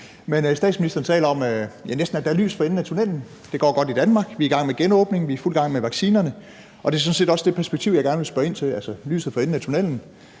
mig. Statsministeren talte om, at der er lys for enden af tunnellen. Det går godt i Danmark, vi er i gang med genåbningen, og vi er i fuld gang med vaccinerne. Det er sådan set også det perspektiv, jeg gerne vil spørge ind til, altså til lyset for enden af tunnellen.